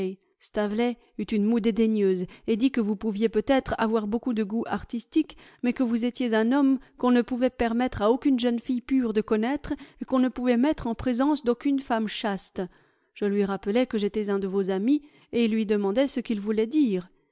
staveley eut une moue dédaigneuse et dit que vous pouviez peut-être avoir beaucoup de goût artistique mais que vous étiez un homme qu'on ne pouvait permettre à aucune jeune fille pure de connaître et qu'on ne ponvait mettre en présence d'aucune femme chaste je lui rappelai que j'étais un de vos amis et lui demandai ce qu'il voulait dire